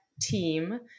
team